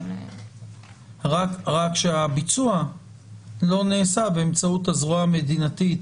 רק שהביצוע לא נעשה באמצעות הזרוע המדינתית